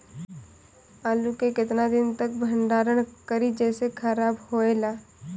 आलू के केतना दिन तक भंडारण करी जेसे खराब होएला?